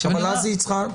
במקום שאתם לא יכולים לעמוד.